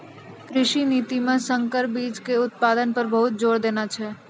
कृषि नीति मॅ संकर बीच के उत्पादन पर बहुत जोर देने छै